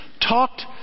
talked